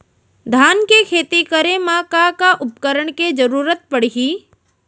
धान के खेती करे मा का का उपकरण के जरूरत पड़हि?